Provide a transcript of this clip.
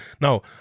No